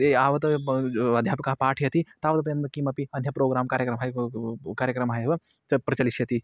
ये यावत् बन् जो अध्यापकः पाठयति तावतेव म किमपि अन्य प्रोग्रां कार्यक्रमः कार्यक्रमः एव च प्रचलिष्यति